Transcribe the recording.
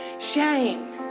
shame